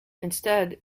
instead